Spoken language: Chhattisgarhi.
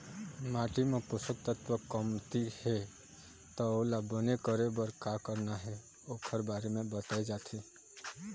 माटी म पोसक तत्व कमती हे त ओला बने करे बर का करना हे ओखर बारे म बताए जाथे